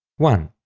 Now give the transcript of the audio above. one.